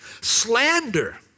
slander